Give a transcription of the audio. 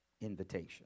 invitation